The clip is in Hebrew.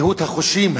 קהות החושים,